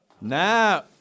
Now